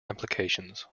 applications